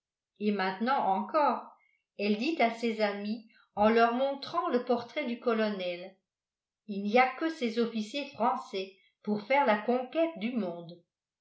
et maintenant encore elle dit à ses amis en leur montrant le portrait du colonel il n'y a que ces officiers français pour faire la conquête du monde